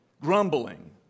Grumbling